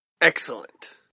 Excellent